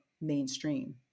mainstream